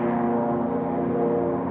you know